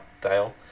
Dale